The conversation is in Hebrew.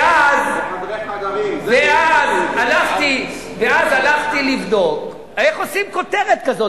ואז הלכתי לבדוק איך עושים כותרת כזאת,